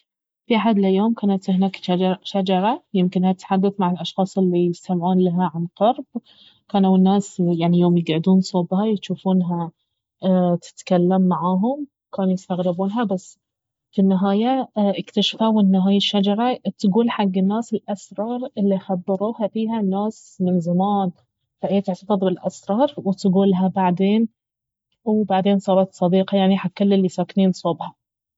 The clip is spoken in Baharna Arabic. في أحد الأيام كانت هناك ش- شجرة يمكنها التحدث مع الأشخاص الي يستمعون لها عن قرب كانوا الناس يعني يوم يقعدون صوبها يجوفونها تتكلم معاهم كانوا يستغربونها بس في النهاية اكتشفوا ان هاي الشجرة تقول حق الناس الاسرار الي خبروها فيها الناس من زمان فهي تحتفظ بالاسرار وتقولها بعدين وبعدين صارت صديقة يعني حق كل الي ساكنين صوبها